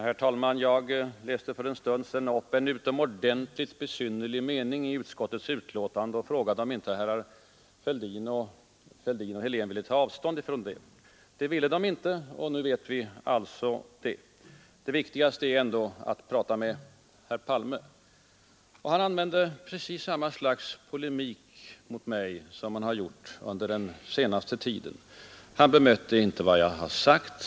Herr talman! Jag läste för en stund sedan upp en utomordentligt besynnerlig mening i ett av betänkandena och frågade, om inte herrar Fälldin och Helén ville ta avstånd från den. Det ville de inte göra. Nu vet vi alltså det. Det viktigaste är ändå att prata med herr Palme, och herr Palme använde nu precis samma slags polemik mot mig som han har gjort under den senaste tiden. Han bemötte inte vad jag har sagt.